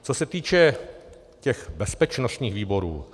Co se týče těch bezpečnostních výborů.